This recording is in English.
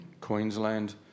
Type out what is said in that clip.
Queensland